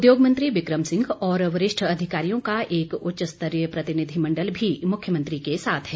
उद्योग मंत्री बिक्रम सिंह और वरिष्ठ अधिकारियों का एक उच्च स्तरीय प्रतिनिधि मंडल भी मुख्यमंत्री के साथ है